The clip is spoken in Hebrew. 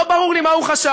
לא ברור לי מה הוא חשב,